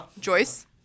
joyce